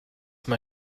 mal